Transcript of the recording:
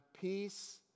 peace